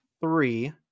three